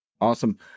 Awesome